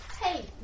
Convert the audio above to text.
Hey